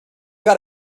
got